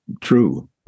true